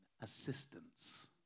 assistance